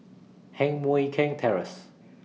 Heng Mui Keng Terrace